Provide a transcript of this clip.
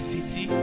City